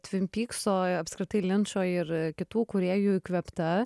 tvin pykso apskritai linčo ir kitų kūrėjų įkvėpta